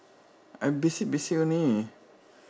I'm basic basic only